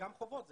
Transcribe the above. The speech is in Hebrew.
גם חובות.